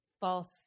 false